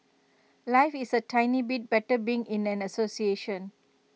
life is A tiny bit better being in an association